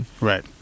Right